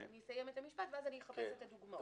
אני אסיים את המשפט ואז אני אחפש דוגמאות.